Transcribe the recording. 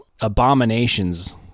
abominations